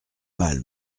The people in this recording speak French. mal